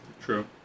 true